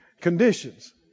conditions